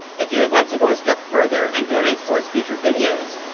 if you would like to go a step further and donate towards future videos,